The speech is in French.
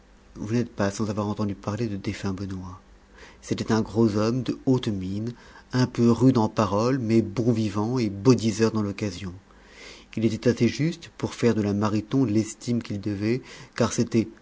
vous n'êtes pas sans avoir entendu parler de défunt benoît c'était un gros homme de haute mine un peu rude en paroles mais bon vivant et beau diseur dans l'occasion il était assez juste pour faire de la mariton l'estime qu'il devait car c'était